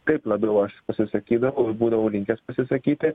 taip labiau aš pasisakydavau buvau linkęs pasisakyti